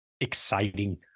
exciting